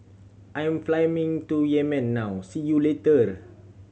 I am flying to Yemen now see you soon